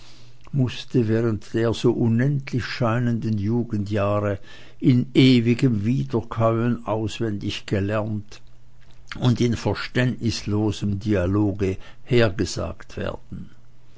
mußte während der so unendlich scheinenden jugendjahre in ewigem wiederkäuen auswendig gelernt und in verständnislosem dialoge hergesagt werden